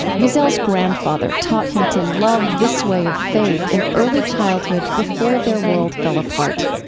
wiesel's grandfather taught him to love this way of faith in early childhood, before their world fell apart.